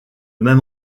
même